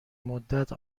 مدت